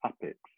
topics